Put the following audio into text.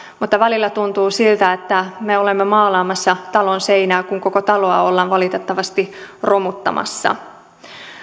mutta välillä tuntuu siltä että me olemme maalaamassa talon seinää kun koko taloa ollaan valitettavasti romuttamassa